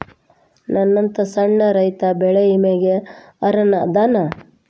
ನನ್ನಂತ ಸಣ್ಣ ರೈತಾ ಬೆಳಿ ವಿಮೆಗೆ ಅರ್ಹ ಅದನಾ?